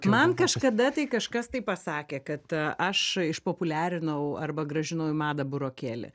man kažkada tai kažkas tai pasakė kad aš išpopuliarinau arba grąžinau į madą burokėlį